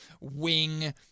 wing